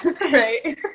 right